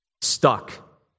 stuck